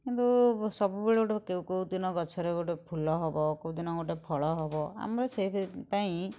କିନ୍ତୁ ସବୁବେଳେ ଢୁକେ କେଉଁଦିନ ଗଛରେ ଗୋଟେ ଫୁଲ ହବ କେଉଁଦିନ ଗୋଟେ ଫଳ ହବ ଆମର ସେ ପାଇଁ